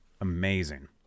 amazing